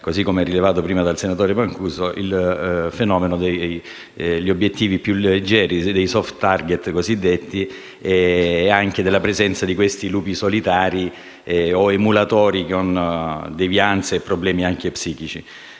così come rilevato prima dal senatore Mancuso - il fenomeno degli obiettivi più leggeri, i cosiddetti *soft target*, e della presenza di lupi solitari o emulatori, con devianze e problemi anche psichici.